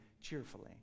cheerfully